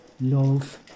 love